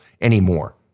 anymore